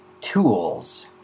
tools